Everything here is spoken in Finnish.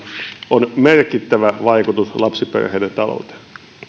on merkittävä vaikutus lapsiperheiden talouteen